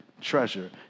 treasure